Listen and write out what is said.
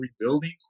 rebuilding